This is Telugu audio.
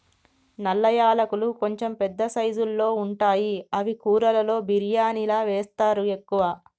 నల్ల యాలకులు కొంచెం పెద్ద సైజుల్లో ఉంటాయి అవి కూరలలో బిర్యానిలా వేస్తరు ఎక్కువ